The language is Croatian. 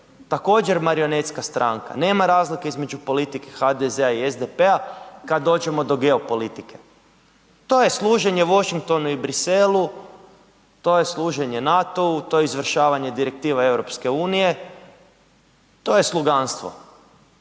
također marionetska stranka, nema razlike između politike HDZ-a i SDP-a kad dođemo do geopolitike, to je služenje Washingtonu i Bruxellesu, to je služenje NATO-u, to je izvršavanje direktiva EU, to je sluganstvo.